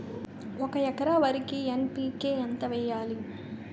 ఒక ఎకర వరికి ఎన్.పి కే ఎంత వేయాలి?